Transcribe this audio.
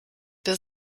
der